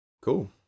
Cool